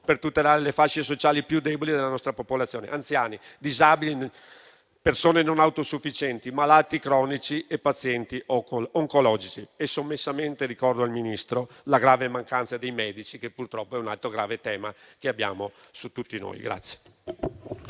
per tutelare le fasce sociali più deboli della nostra popolazione: anziani, disabili, persone non autosufficienti, malati cronici e pazienti oncologici. Sommessamente ricordo al Ministro la grave mancanza di medici, che purtroppo è un altro problema che grava su tutti noi.